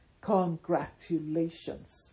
Congratulations